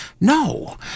No